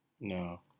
No